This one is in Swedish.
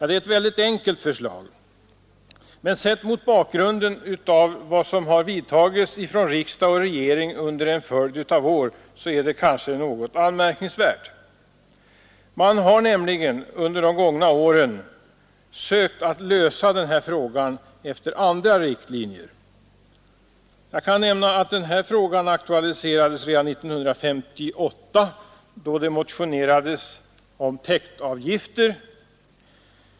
Det är ett mycket enkelt förslag, men sett mot bakgrunden av vad som har vidtagits av riksdag och regering under en följd av år är det kanske något anmärkningsvärt. Man har nämligen under de gångna åren försökt att lösa den här frågan efter andra riktlinjer. Jag kan nämna att frågan aktualiserades redan 1958, då det motionerades om täktavgifter.